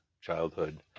childhood